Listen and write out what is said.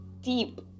deep